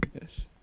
Yes